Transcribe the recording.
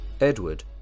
Edward